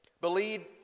believed